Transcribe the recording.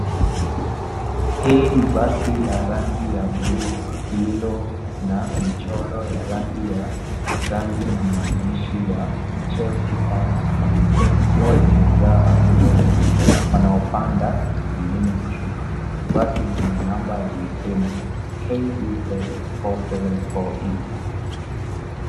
Hili ni basi la rangi ya bluu lililo na michoro ya rangi na maandishi ya Chelsea Fans Trans likiwa limejaa abiria wengi wanaopanda wengine kushuka. Basi lina namba ya leseni KBX 474E.